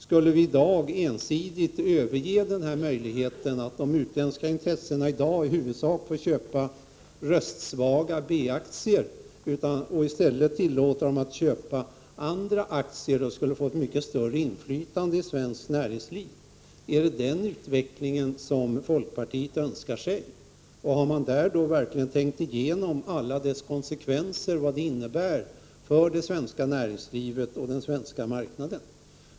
Skulle vi ensidigt överge den möjlighet de utländska intressena i dag har att i huvudsak få köpa röstsvaga B-aktier och i stället tillåta dem att köpa andra aktier, skulle de få ett mycket större inflytande i svenskt näringsliv. Är det den utvecklingen som folkpartiet önskar sig? Har man då verkligen tänkt igenom alla konsekvenser och vad det innebär för det svenska näringslivet och för den svenska marknaden?